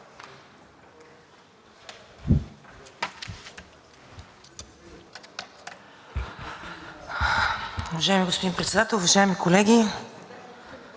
Уважаеми господин Председател, уважаеми господа